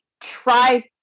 try